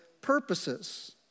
purposes